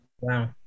Wow